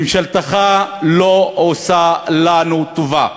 ממשלתך לא עושה לנו טובה.